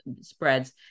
spreads